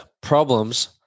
problems